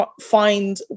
find